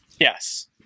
Yes